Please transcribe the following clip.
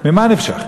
ממה נפשך,